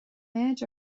méid